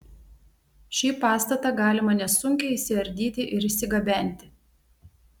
šį pastatą galima nesunkiai išsiardyti ir išsigabenti